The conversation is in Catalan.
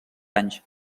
anys